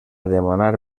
demanar